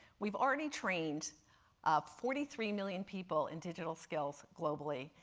we've already trained ah forty three million people in digital skills globally,